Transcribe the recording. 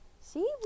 See